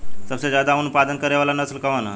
सबसे ज्यादा उन उत्पादन करे वाला नस्ल कवन ह?